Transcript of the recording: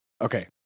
Okay